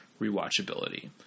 rewatchability